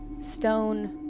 stone